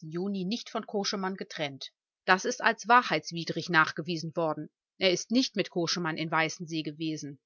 juni nicht von koschemann getrennt das ist als wahrheitswidrig nachgewiesen worden er ist nicht mit koschemann in weißensee gewesen